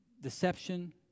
deception